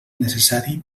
necessari